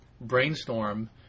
Brainstorm